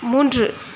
மூன்று